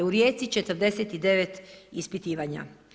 U Rijeci 49 ispitivanje.